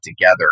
together